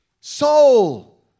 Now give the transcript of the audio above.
Soul